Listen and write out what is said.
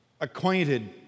acquainted